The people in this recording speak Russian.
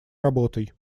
работой